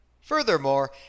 Furthermore